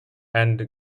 and